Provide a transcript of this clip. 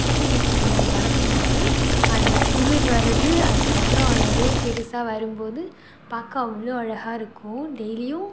கொத்தமல்லி செடி வளர்க்கும்போது அந்த துளிர் வரது அதுக்கப்புறம் அது அப்படியே பெரிசா வரும்போது பார்க்க அவ்வளோ அழகாக இருக்கும் டெய்லியும்